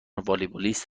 والیبالیست